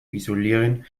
isolieren